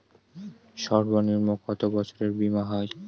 সর্বনিম্ন কত বছরের বীমার হয়?